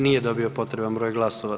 Nije dobio potreban broj glasova.